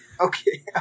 okay